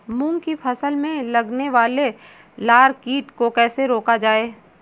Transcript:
मूंग की फसल में लगने वाले लार कीट को कैसे रोका जाए?